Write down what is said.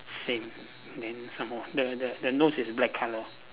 same then some more the the the nose is black colour